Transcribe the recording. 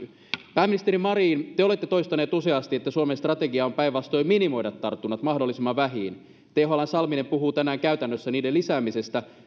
pääministeri marin te te olette toistanut useasti että suomen strategia on päinvastoin minimoida tartunnat mahdollisimman vähiin thln salminen puhuu tänään käytännössä niiden lisäämisestä